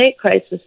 crisis